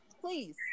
Please